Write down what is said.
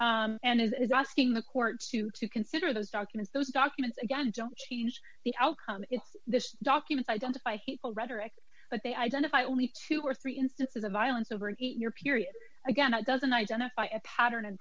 been and is asking the court to to consider those documents those documents again don't change the outcome in this document identify hateful rhetoric but they identify only two or three instances of violence over an eight year period again that doesn't identify a pattern